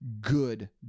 good